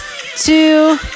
two